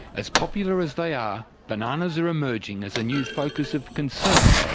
as popular as they are, bananas are emerging as a new focus of concern,